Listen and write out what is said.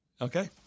Okay